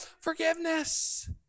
Forgiveness